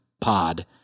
pod